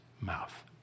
mouth